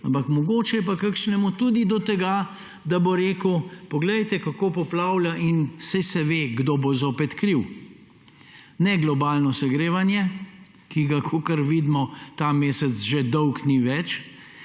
Ampak mogoče je pa kakšnemu tudi do tega, da bo rekel, poglejte, kako poplavlja in saj se ve, kdo bo zopet kriv. Ne globalno segrevanje, ki ga, kakor vidimo, ta mesec že dolgo ni več,